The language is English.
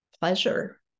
pleasure